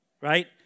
right